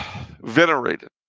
venerated